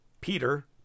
Peter